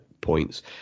points